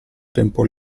tempo